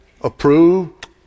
approved